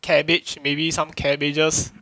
cabbage maybe some cabbages